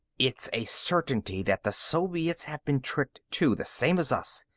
it's a certainty that the soviets have been tricked, too, the same as us.